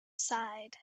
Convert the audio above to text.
side